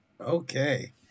Okay